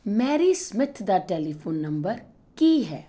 Mary Smith ਦਾ telephone number ਕੀ ਹੈ